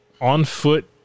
on-foot